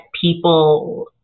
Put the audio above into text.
people